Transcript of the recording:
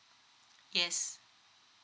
yes